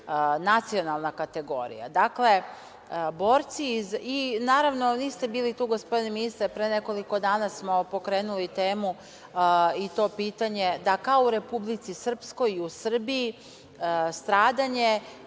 nacionalna kategorija. Niste bili tu gospodine ministre, pre nekoliko dana smo pokrenuli temu i to pitanje, da kao u Republici Srpskoj i Srbiji stradanje